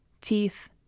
teeth